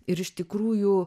ir iš tikrųjų